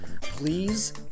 please